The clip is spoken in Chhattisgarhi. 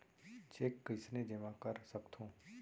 चेक कईसने जेमा कर सकथो?